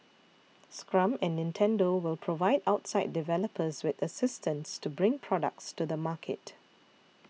Scrum and Nintendo will provide outside developers with assistance to bring products to the market